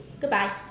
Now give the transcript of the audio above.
goodbye